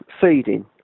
feeding